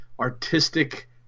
artistic –